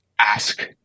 ask